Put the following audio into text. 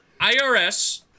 IRS